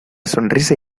sonrisa